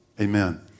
Amen